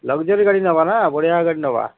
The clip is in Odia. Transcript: ଲକ୍ସରୀ ଗାଡ଼ି ନେବା ନା ବଢ଼ିଆଁ ଗାଡ଼ି ନେବା